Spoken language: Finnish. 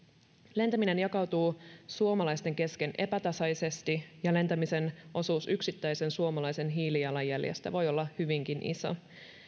lentäminen jakautuu suomalaisten kesken epätasaisesti ja lentämisen osuus yksittäisen suomalaisen hiilijalanjäljestä voi olla hyvinkin iso